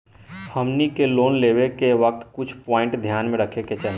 हमनी के लोन लेवे के वक्त कुछ प्वाइंट ध्यान में रखे के चाही